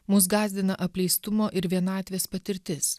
mus gąsdina apleistumo ir vienatvės patirtis